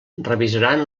revisaran